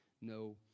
no